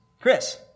Chris